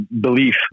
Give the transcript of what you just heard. belief